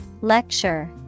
Lecture